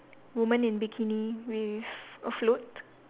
woman in bikini with a float